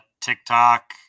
tiktok